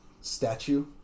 statue